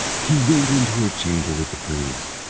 he went into her chamber with the priest,